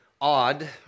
odd